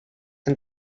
and